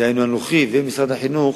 דהיינו אנוכי, ושל משרד החינוך,